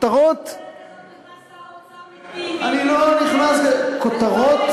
הלוואי שהיינו עושים כותרת כזאת בזמן, שר האוצר.